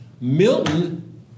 Milton